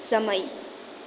સમય